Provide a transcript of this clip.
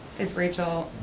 is rachel,